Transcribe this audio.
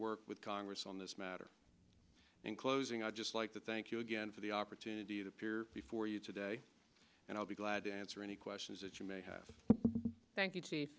work with congress on this matter in closing i'd just like to thank you again for the opportunity to appear before you today and i'll be glad to answer any questions that you may have